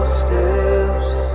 steps